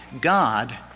God